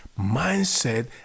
mindset